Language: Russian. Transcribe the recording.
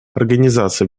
организация